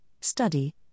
study